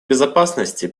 безопасности